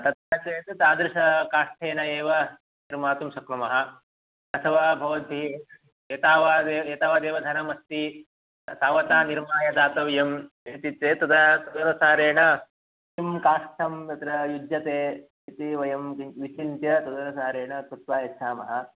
तथा चेत् तादृशं काष्ठेन एव निर्मीतुं शक्नुमः अथवा भवती एतावदेव एतावदेव धनमस्ति तावत् निर्माय दातव्यम् इति चेत् तदा तदनुसारेण किं काष्ठं तत्र युज्यते इति वयं किं विचिन्त्य तदनुसारेण कृत्वा यच्छामः